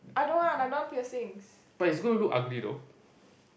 I don't want I don't want piercings